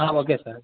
okay sir